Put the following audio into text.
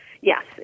Yes